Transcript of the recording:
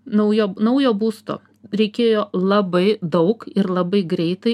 naujo naujo būsto reikėjo labai daug ir labai greitai